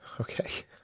Okay